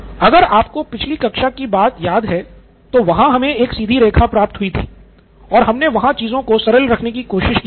अगर आपको पिछली कक्षा की बात याद है तो वहाँ हमे एक सीधी रेखा प्राप्त हुई थी और हमने वहाँ चीजों को सरल रखने की कोशिश की थी